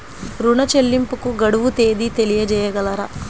ఋణ చెల్లింపుకు గడువు తేదీ తెలియచేయగలరా?